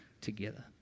together